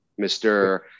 Mr